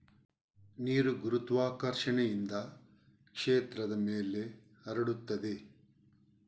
ನೀರು ಗುರುತ್ವಾಕರ್ಷಣೆಯಿಂದ ಕ್ಷೇತ್ರದ ಮೇಲೆ ಹರಡುತ್ತದೆ